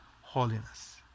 holiness